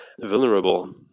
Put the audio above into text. vulnerable